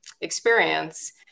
experience